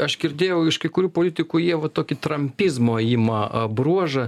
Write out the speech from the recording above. aš girdėjau iš kai kurių politikų jie va tokį trampizmo ima bruožą